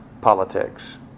politics